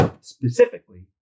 Specifically